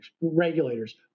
regulators